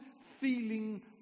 feeling